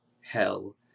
hell